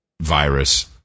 virus